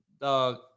Dog